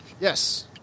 Yes